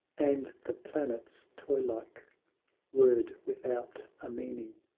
and the planets, toy-like whirred without a meaning,